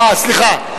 סליחה.